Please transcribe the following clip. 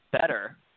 better